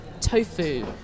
tofu